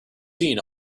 seen